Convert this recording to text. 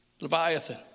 Leviathan